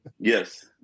Yes